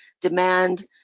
demand